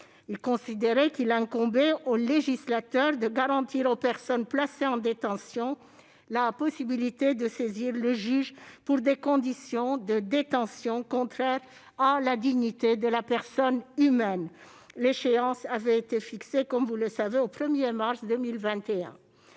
a considéré qu'il incombait au législateur de garantir aux personnes placées en détention la possibilité de saisir le juge pour des conditions de détention contraires à la dignité de la personne humaine. L'échéance avait été fixée au 1 mars 2021.